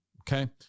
Okay